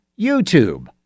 YouTube